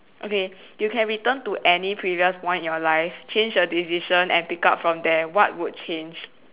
okay you can return to any previous point in your life change your decision and pick up from there what would change